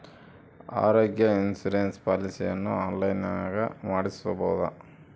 ಆರೋಗ್ಯ ಇನ್ಸುರೆನ್ಸ್ ಪಾಲಿಸಿಯನ್ನು ಆನ್ಲೈನಿನಾಗ ಮಾಡಿಸ್ಬೋದ?